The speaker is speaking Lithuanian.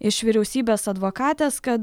iš vyriausybės advokatės kad